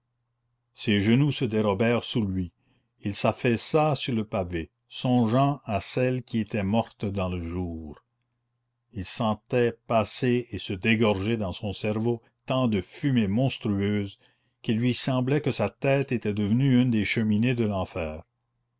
ses genoux se dérobèrent sous lui et il s'affaissa sur le pavé songeant à celle qui était morte dans le jour il sentait passer et se dégorger dans son cerveau tant de fumées monstrueuses qu'il lui semblait que sa tête était devenue une des cheminées de l'enfer